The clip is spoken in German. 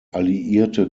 alliierte